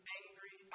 angry